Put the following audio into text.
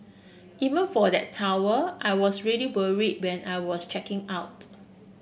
even for that towel I was really worry when I was checking out